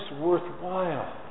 worthwhile